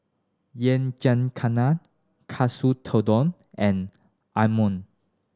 Yakizakana Katsu Tendon and Imoni